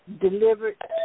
delivered